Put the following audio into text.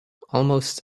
almost